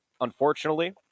unfortunately